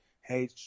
hey